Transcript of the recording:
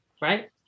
Right